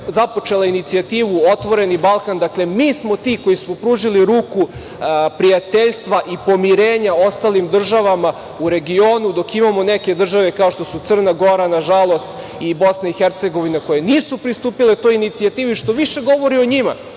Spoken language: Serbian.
započela inicijativu „Otvoreni Balkan“. Dakle, mi smo ti koji smo pružili ruku prijateljstva i pomirenja ostalim državama u regionu. Imamo neke države, kao što su, Crna Gora, nažalost, i Bosna i Hercegovina koje nisu pristupile toj inicijativi, što više govori o njima,